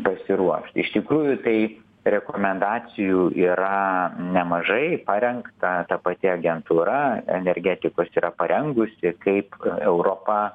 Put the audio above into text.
pasiruošt iš tikrųjų tai rekomendacijų yra nemažai parengta ta pati agentūra energetikos yra parengusi kaip europa